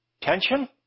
tension